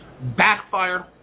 backfired